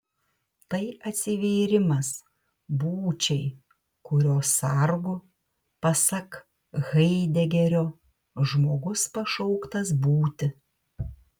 tai atsivėrimas būčiai kurios sargu pasak haidegerio žmogus pašauktas būti